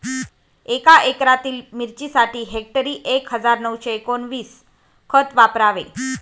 एका एकरातील मिरचीसाठी हेक्टरी एक हजार नऊशे एकोणवीस खत वापरावे